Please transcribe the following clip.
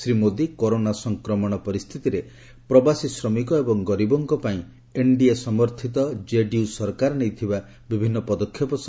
Shri Modi corona ସଂକ୍ରମଣ ପରିସ୍ଥିତିରେ ପ୍ରବାସୀ ଶ୍ରମିକ ଏବଂ ଗରିବଙ୍କ ପାଇଁ ଏନ୍ଡିଏ ସମର୍ଥିତ କେଡିୟୁ ସରକାର ନେଇଥିବା ବିଭନ୍ନ ପଦକ୍ଷେପର ବର୍ଷ୍ଣନା କରିଥିଲେ